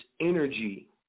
energy